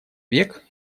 век